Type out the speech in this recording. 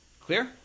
Clear